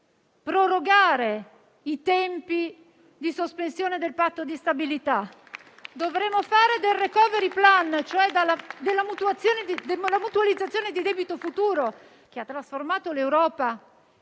prorogare i tempi di sospensione del patto di stabilità. Penso al *recovery plan,* cioè alla mutualizzazione di debito futuro, che ha trasformato l'Europa